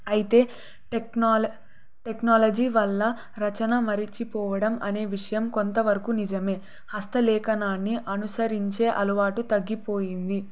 అయితే టెక్నాలజీ వల్ల రచన మరిచిపోవడం అనే విషయం కొంతవరకు నిజమే హస్తలేఖనాన్ని అనుసరించే అలవాటు తగ్గిపోయింది